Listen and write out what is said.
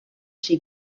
she